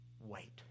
wait